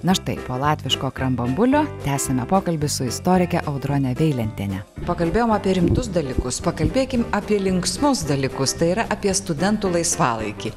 na štai po latviško krambambulio tęsiame pokalbį su istorike audrone veilentiene pakalbėjom apie rimtus dalykus pakalbėkim apie linksmus dalykus tai yra apie studentų laisvalaikį